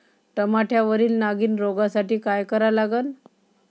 टमाट्यावरील नागीण रोगसाठी काय करा लागन?